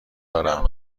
دارم